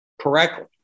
correctly